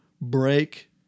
break